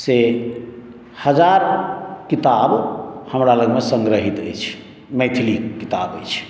से हजार किताब हमरा लगमे संग्रहित अछि मैथिलीके किताब अछि